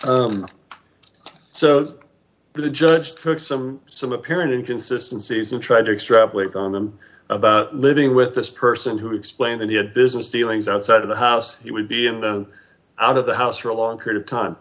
grief so the judge took some some apparent inconsistency as i'm trying to extrapolate on them about living with this person who explained that he had business dealings outside of the house he would be in the out of the house for a long period of time